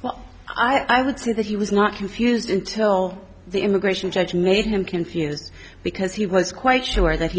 what i would say that he was not confused until the immigration judge made him confused because he was quite sure that he